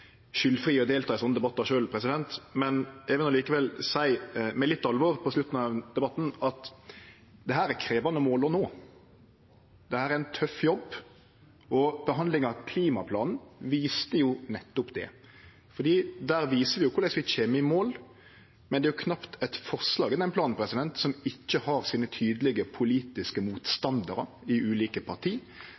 skyldfri når det gjeld å delta i slike debattar sjølv, men eg vil likevel seie med litt alvor på slutten av debatten at dette er krevjande mål å nå. Dette er ein tøff jobb, og behandlinga av klimaplanen viste nettopp det. Der viser vi korleis vi kjem i mål, men det er jo knapt eit forslag i den planen som ikkje har sine tydelige politiske motstandarar i ulike parti.